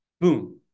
boom